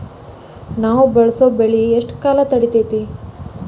ನಾವು ಬೆಳಸೋ ಬೆಳಿ ಎಷ್ಟು ಕಾಲ ತಡೇತೇತಿ?